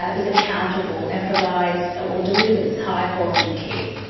ah is accountable, and provides or delivers high quality care.